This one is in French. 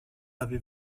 avez